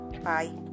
Bye